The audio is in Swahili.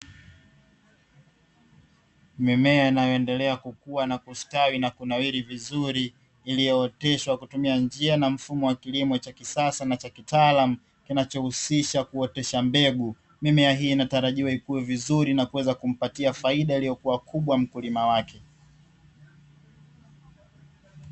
Mimea inayoendelea kukua na kustawi na kunawiri vizuri, iliyooteshwa kutumia njia na mfumo wa kilimo cha kisasa na cha kitaalamu, kinachohusisha kuotesha mbegu. Mimea hii inatarajiwa ikue vizuri, na kuweza kumpatia faida iliyokuwa kubwa mkulima wake.